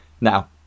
now